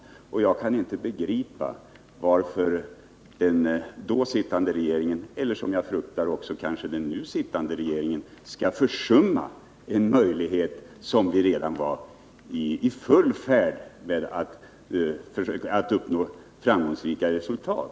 Jag kan inte begripa varför den då sittande trepartiregeringen och, som jag efter fru Anérs inlägg fruktar, den nu sittande regeringen skulle försumma den här möjligheten. Den socialdemokratiska regeringen var ju i full färd med att den vägen uppnå framgångsrika resultat.